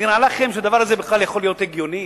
נראה לכם שהדבר הזה בכלל יכול להיות הגיוני?